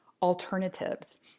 alternatives